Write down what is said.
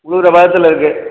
உழுவுற பதத்தில் இருக்குது